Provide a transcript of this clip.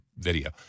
video